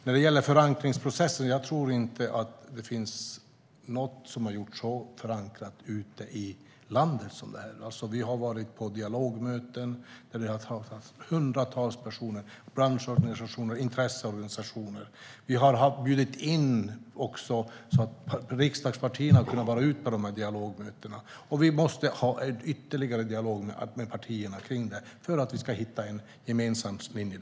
När det gäller förankringsprocessen tror jag inte att det finns någonting som har varit så förankrat ute i landet som det här. Vi har varit på dialogmöten och träffat hundratals personer, branschorganisationer och intresseorganisationer. Vi har också bjudit in riksdagspartierna så att de har kunnat vara med på dialogmötena. Vi måste ha ytterligare dialog med partierna för att kunna hitta en gemensam linje.